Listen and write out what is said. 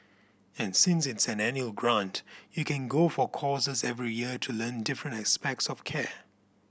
and since it's an annual grant you can go for courses every year to learn different aspects of care